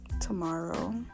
tomorrow